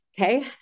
okay